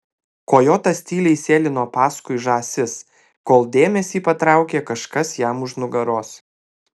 kojotas tyliai sėlino paskui žąsis kol dėmesį patraukė kažkas jam už nugaros